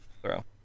Throw